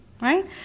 Right